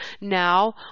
now